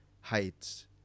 heights